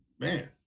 Man